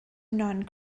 non